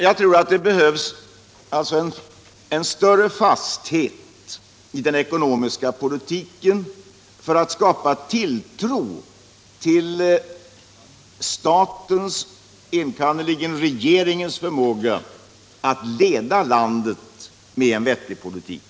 Jag tror alltså att det behövs en större fasthet i den ekonomiska politiken för att skapa tilltro till statens, enkannerligen regeringens, förmåga att leda landet med en vettig politik.